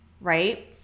right